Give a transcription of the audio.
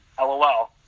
lol